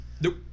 Nope